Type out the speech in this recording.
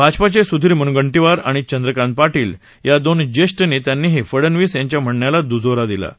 भाजपाचे सुधीर मुनगंटीवार आणि चंद्रकात पाटील या दोन ज्येष्ठ नेत्यांनीही फडनवीस यांच्या म्हणण्याला द्जोरा दिला आहे